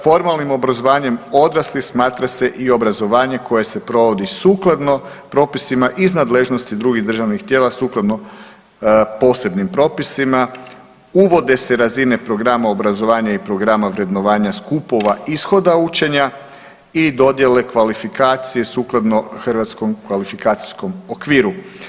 Formalnim obrazovanjem odraslih smatra se i obrazovanje koje se provodi sukladno propisima iz nadležnosti drugih državnih tijela sukladno posebnim propisima, uvode se razine programa obrazovanja i programa vrednovanja skupova ishoda učenja i dodjele kvalifikacije sukladno hrvatskom kvalifikacijskom okviru.